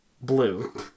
blue